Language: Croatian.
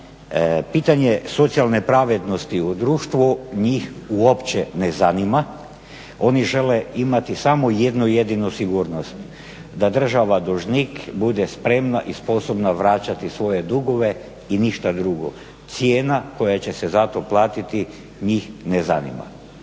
pitanje socijalne pravednosti u društvu njih uopće ne zanima, oni žele imati samo jednu jedinu sigurnost da država dužnik bude spremna i sposobna vraćati svoje dugove i ništa drugo. Cijena koja će se za to platiti njih ne zanima.